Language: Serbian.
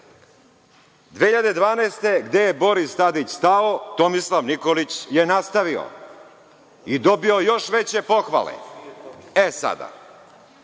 2012. gde je Boris Tadić stao Tomislav Nikolić je nastavio i dobio još veće pohvale. Sada